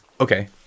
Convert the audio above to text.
Okay